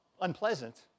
unpleasant